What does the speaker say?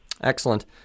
Excellent